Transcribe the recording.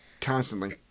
constantly